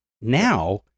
Now